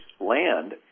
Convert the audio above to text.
land